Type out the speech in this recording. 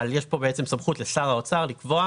אבל יש פה סמכות לשר האוצר לקבוע,